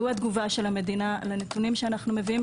התגובה של המדינה לנתונים שאנחנו מביאים,